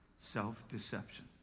self-deception